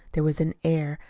there was an air,